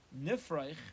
Nifreich